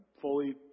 fully